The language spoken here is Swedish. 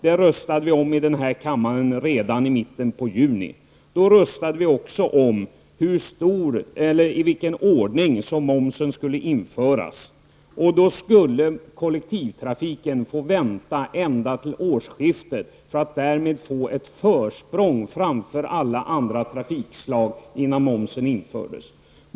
Det röstade vi om i den här kammaren redan i mitten av juni. Då röstade vi också om i vilken ordning momsen skulle införas. Kollektivtrafiken skulle då få vänta ända till årsskiftet för att därmed få ett försprång framför alla andra trafikslag innan momsen infördes.